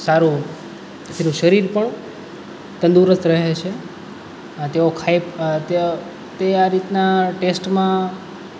સારું તેનું શરીર પણ તંદુરસ્ત રહે છે આ તેઓ ખાઈ તે આ રીતનાં ટેસ્ટમાં